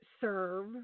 serve